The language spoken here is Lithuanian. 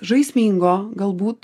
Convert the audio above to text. žaismingo galbūt